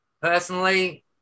personally